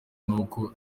naho